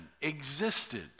existed